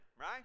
right